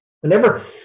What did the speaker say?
Whenever